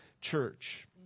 church